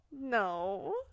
No